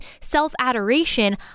self-adoration